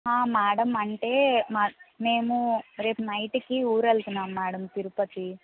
madam అంటే మ మేము రేపు నైట్కి ఊరెళ్తున్నాం మేడం తిరుపతి